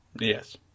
Yes